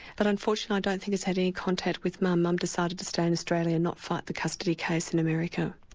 but unfortunately i don't think has had any contact with mum. mum decided to stay in australia and not fight the custody case in america.